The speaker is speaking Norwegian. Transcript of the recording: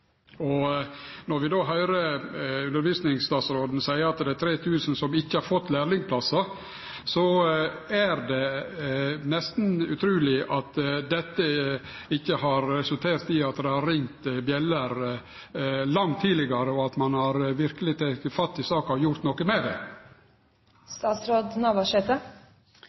og lagt vinn på å få gjort noko med dette problemet på eit langt tidlegare tidspunkt, når ein har hatt høve til det. Når vi høyrer undervisningsstatsråden seie at det er 3 000 som ikkje har fått lærlingplassar, er det nesten utruleg at dette ikkje har resultert i at det har ringt bjøller langt tidlegare og at ein verkeleg har